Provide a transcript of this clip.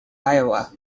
iowa